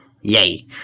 yay